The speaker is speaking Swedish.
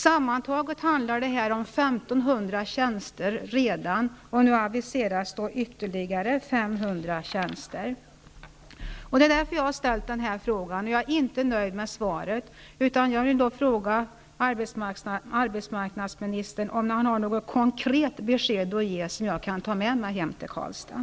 Sammantaget handlar det om 1 500 tjänster redan, och nu aviseras ytterligare 500 Det är därför jag har ställt frågan, och jag är inte nöjd med svaret, utan jag vill fråga arbetsmarknadsministern om han har något konkret besked att ge, som jag kan ta med mig hem till Karlstad.